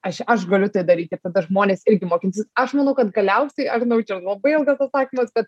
aš aš galiu tai daryt ir tada žmonės irgi mokinsis aš manau kad galiausiai aš norėčiau labai ilgas atsakymas bet